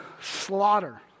slaughter